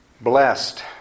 blessed